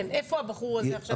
כן, איפה הבחור הזה עכשיו?